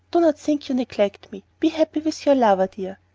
do not think you neglect me be happy with your lover, dear,